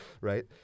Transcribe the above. right